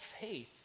faith